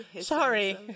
sorry